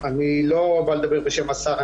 אני לא בא לדבר בשם השר,